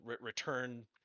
return